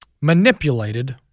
manipulated